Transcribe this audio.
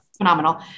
phenomenal